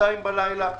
ב-2:00 לפנות בוקר,